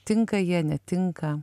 tinka jie netinka